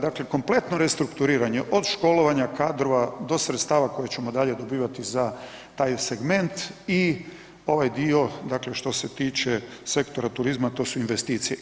Dakle, kompletno restrukturiranje, od školovanja kadrova do sredstava koje ćemo dalje dobivati za taj segment i ovaj dio dakle što se tiče sektora turizma a to su investicije.